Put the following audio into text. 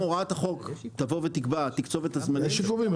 הוראת החוק תקצוב את הזמנים- -- יש עיכובים.